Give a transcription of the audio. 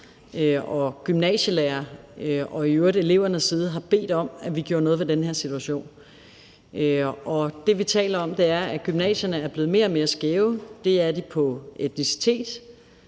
gymnasielærere og i øvrigt også elevernes side har bedt om, at vi gjorde noget ved den her situation. Det, vi taler om, er, at gymnasierne er blevet mere og mere skæve, og det er de med